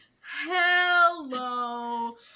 hello